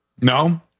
No